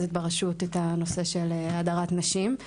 מרכזת ברשות את הנושא של הדרת נשים.